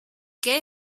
qué